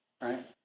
right